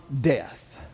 death